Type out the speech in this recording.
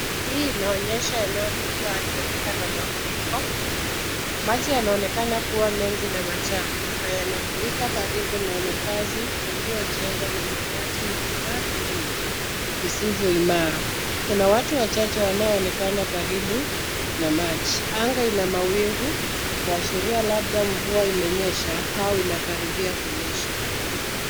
Hii inaonyesha eneo lililo adhirika na mafuriko. Maji yanaonekana kuwa mengi na machafu na yanafurika karibu na makazi yaliyojengwa na mabati na vifaa vingine visivyo imara. Kuna watu wachache wanao onekana karibu na maji. Anga ina mawingu kuashiria labda mvua imenyesha au inakaribia kunyesha.